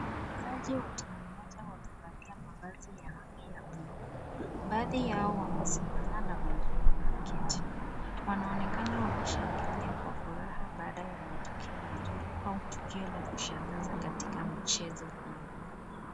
Wachejazi wa timu moja wamevalia mavazi ya rangi ya blue,(cs), baadhi yao wamesimama na wengine wameketi. Wanaonekana wakishangilia kwa furaha baada ya matokeo mazuri au tukio la kushangaza katika mchezo hiyo.